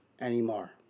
anymore